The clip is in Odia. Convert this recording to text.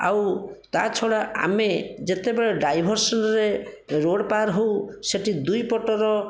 ଆଉ ତା' ଛଡ଼ା ଆମେ ଯେତେବେଳେ ଡାଇଭର୍ସରରେ ରୋଡ଼ ପାର ହେଉ ସେଇଠି ଦୁଇପଟର